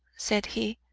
said he,